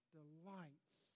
delights